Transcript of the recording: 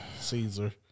Caesar